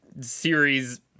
Series